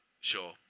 Sure